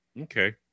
Okay